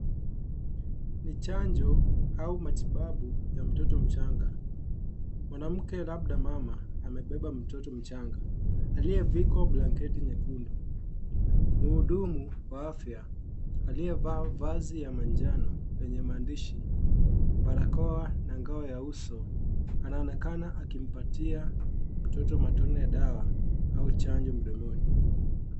Ni chanjo au matibabu ya mtoto mchanga. Mwanamke labda mama amebeba mtoto mchanga. Aliyevikwa blanketi nyekundu. Mhudumu wa afya aliyevaa vazi ya manjano lenye maandishi, barakoa na ngao ya uso. Anaonekana akimpatia mtoto matone ya dawa au chanjo mdomoni.